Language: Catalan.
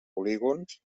polígons